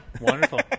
Wonderful